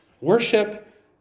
Worship